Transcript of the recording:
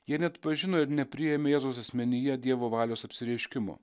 jie neatpažino ir nepriėmė jėzaus asmenyje dievo valios apsireiškimo